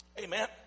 Amen